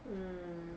mm